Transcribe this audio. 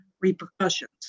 repercussions